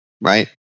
right